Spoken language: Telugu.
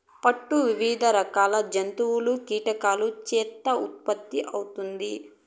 పట్టు వివిధ రకాల జంతువులు, కీటకాల చేత ఉత్పత్తి అవుతుంది